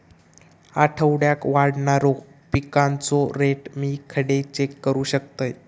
आठवड्याक वाढणारो पिकांचो रेट मी खडे चेक करू शकतय?